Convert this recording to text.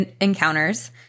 encounters